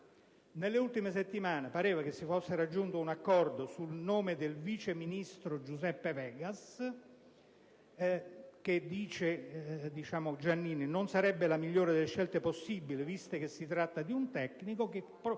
Nelle ultime settimane pareva che si fosse raggiunto un accordo sul nome del vice ministro Giuseppe Vegas che, secondo Giannini, non sarebbe «la migliore delle scelte possibili, visto che si tratta di un "tecnico" che proviene